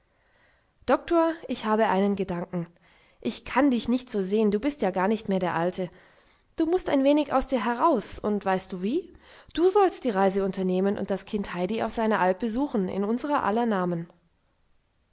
doktor ich habe einen gedanken ich kann dich nicht so sehen du bist ja gar nicht mehr der alte du mußt ein wenig aus dir heraus und weißt du wie du sollst die reise unternehmen und das kind heidi auf seiner alp besuchen in unser aller namen